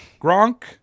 Gronk